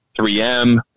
3M